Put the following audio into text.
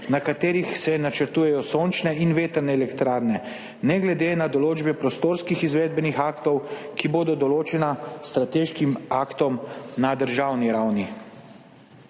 na katerih se načrtujejo sončne in vetrne elektrarne, ne glede na določbe prostorskih izvedbenih aktov, ki bodo določeni s strateškim aktom na državni ravni.